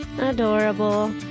Adorable